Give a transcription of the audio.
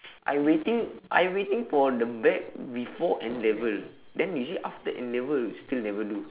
I waiting I waiting for the bag before N-level then you say after N-level still never do